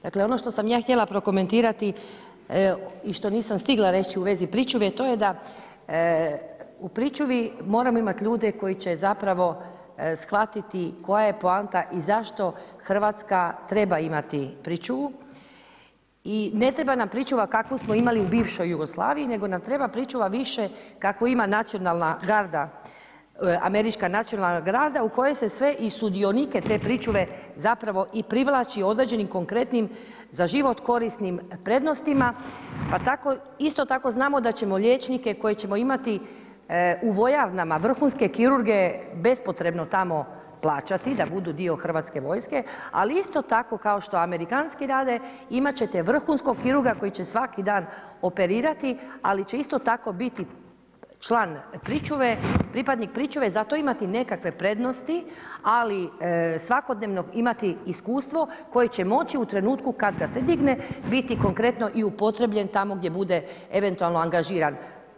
Dakle ono što sam ja htjela prokomentirati i što nisam stigla reći u vezo pričuve, to je da u pričuvi moramo imati ljude koji će zapravo shvatiti koja je poanta i zašto Hrvatska treba imati pričuvu i ne treba nam pričuva kakvu smo imali u bivšoj Jugoslaviji nego na, treba pričuva više kakvu ima američka nacionalna garda u kojoj se i sve sudionike te pričuve i privlači određenim konkretnim za život korisnim prednostima pa isto tako znamo da ćemo liječnike koje ćemo imati u vojarnama, vrhunske kirurge bespotrebno tamo plaćati da budu dio hrvatske vojske ali i isto tako kao što amerikanski rade, imat ćete vrhunskog kirurga koji će svaki dan operirati ali će isto tako biti pripadnik pričuve, za to imati nekakve prednosti, ali svakodnevno imati iskustvo koje će moći u trenutku kad ga se digne biti konkretno i upotrebljen tamo gdje bude eventualno angažiran.